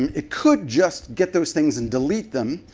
um it could just get those things and delete them,